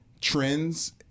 trends